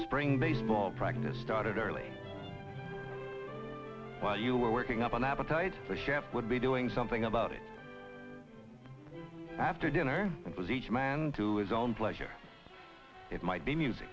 spring baseball practice started early while you were working up an appetite for chef would be doing something about it after dinner because each man to his own pleasure it might be music